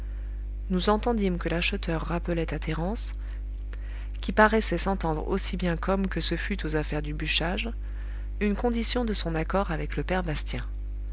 nous entendîmes que l'acheteur rappelait à thérence qui paraissait s'entendre aussi bien qu'homme que ce fut aux affaires du bûchage une condition de son accord avec le père bastien